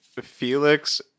Felix